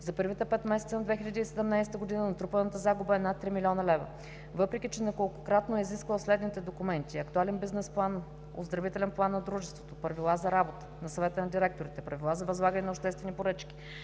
За първите 5 месеца на 2017 г. натрупаната загуба е над 3 милиона лева. Въпреки че неколкократно е изисквала следните документи: актуален бизнес план, оздравителния план дружеството, Правилата за работа на Съвета на директорите, Правилата за възлагане на обществени поръчки,